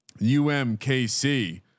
UMKC